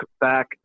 back